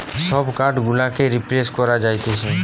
সব কার্ড গুলোকেই রিপ্লেস করা যাতিছে